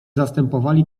zastępowali